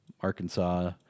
Arkansas